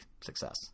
success